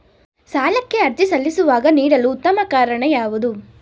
ಸಾಲಕ್ಕೆ ಅರ್ಜಿ ಸಲ್ಲಿಸುವಾಗ ನೀಡಲು ಉತ್ತಮ ಕಾರಣ ಯಾವುದು?